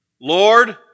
Lord